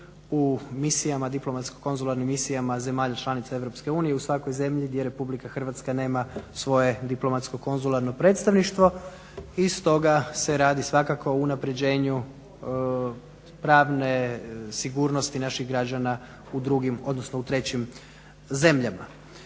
diplomatsko-konzularnim misijama zemalja članica EU u svakoj zemlji gdje RH nema svoje diplomatsko konzularno predstavništvo i stoga se radi svakako o unapređenju pravne sigurnosti naših građana u drugim odnosno u trećim zemljama.